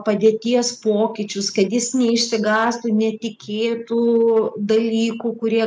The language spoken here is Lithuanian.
padėties pokyčius kad jis neišsigąstų netikėtų dalykų kurie